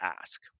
ask